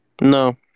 No